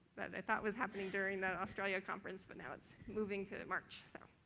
but i thought was happening during that australia conference, but now it's moving to march. so,